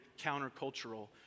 countercultural